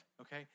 okay